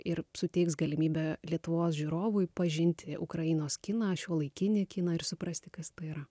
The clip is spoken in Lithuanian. ir suteiks galimybę lietuvos žiūrovui pažinti ukrainos kiną šiuolaikinį kiną ir suprasti kas tai yra